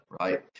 right